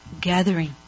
gathering